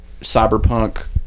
Cyberpunk